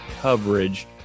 Coverage